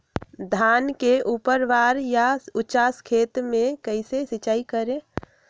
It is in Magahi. धान के ऊपरवार या उचास खेत मे कैसे सिंचाई करें?